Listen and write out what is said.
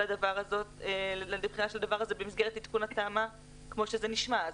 הדבר הזה במסגרת עדכון התמ"א כמו שזה נשמע.